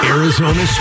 Arizona